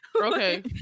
Okay